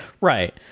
Right